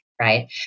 right